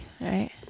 right